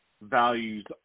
values